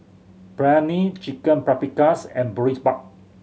Biryani Chicken Paprikas and Boribap